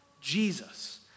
Jesus